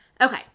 Okay